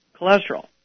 cholesterol